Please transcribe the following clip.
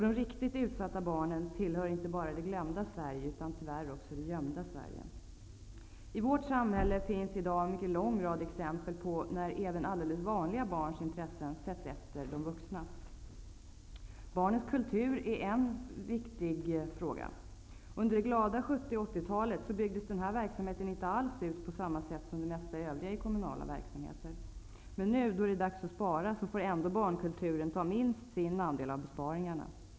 De riktigt utsatta barnen tillhör inte bara det glömda Sverige utan tyvärr också det gömda I vårt samhälle finns i dag en mycket lång rad exempel på att även alldeles vanliga barns intressen sätts efter de vuxnas. Barnens kultur är viktig. Under de glada 70 och 80-talen byggdes denna verksamhet inte alls ut på samma sätt som det mesta övriga i kommunala verksamheter. Men nu, då det är dags att spara, får barnkulturen ändå ta minst sin andel av besparingarna.